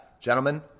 Gentlemen